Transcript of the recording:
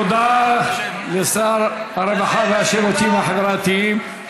תודה לשר הרווחה והשירותים החברתיים.